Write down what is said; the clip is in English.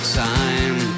time